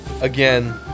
again